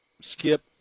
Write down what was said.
skip